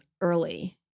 early